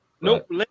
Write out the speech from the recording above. Nope